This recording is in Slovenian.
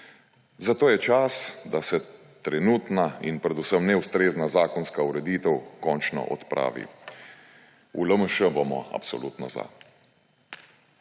Zato je čas, da se trenutna in predvsem neustrezna zakonska ureditev končno odpravi. V LMŠ bomo absolutno za.